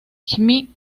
simboliza